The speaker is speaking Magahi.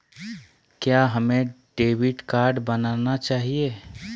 क्या हमें डेबिट कार्ड बनाना चाहिए?